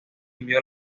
envió